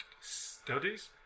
Studies